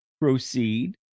Proceed